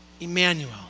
Emmanuel